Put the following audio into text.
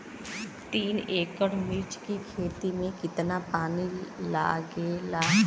तीन एकड़ मिर्च की खेती में कितना पानी लागेला?